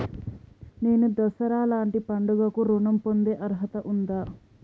నేను దసరా లాంటి పండుగ కు ఋణం పొందే అర్హత ఉందా?